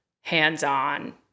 hands-on